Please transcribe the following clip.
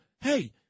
hey